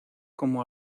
como